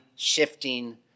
shifting